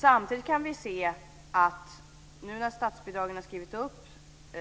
Samtidigt kan vi se, nu när statsbidragen har skrivits upp